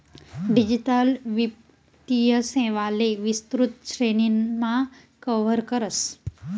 digital वित्तीय सेवांले विस्तृत श्रेणीमा कव्हर करस